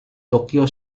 tokyo